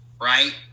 Right